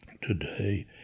today